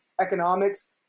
economics